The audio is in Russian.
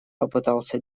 попытался